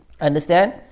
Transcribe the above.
Understand